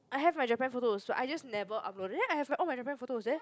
I have my Japan photos so I just never upload then I have like all my Japan photos there